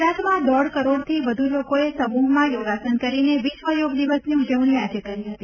ગુજરાતમાં દોઢ કરોડથી વધુ લોકોએ સમૂહમાં યોગાસન કરીને વિશ્વ યોગ દિવસની ઉજવણી આજે કરી હતી